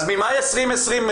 אז ממאי 2020,